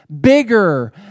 bigger